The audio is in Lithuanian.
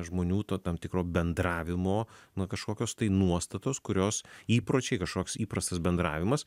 žmonių to tam tikro bendravimo na kažkokios tai nuostatos kurios įpročiai kažkoks įprastas bendravimas